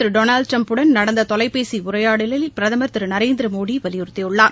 திருடொனால்டுட்டிரம்புடன் நடந்ததொலைபேசிஉரையாடலில் பிரதமர் திருநரேந்திரமோடிவலியுறுத்தியுள்ளார்